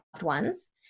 Ones